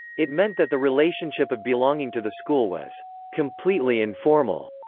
it meant that the relationship of belonging to the school was completely informal.